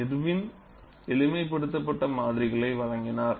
Irwin எளிமைப்படுத்தப்பட்ட மாதிரிகளை வழங்கினார்